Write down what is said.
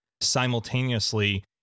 simultaneously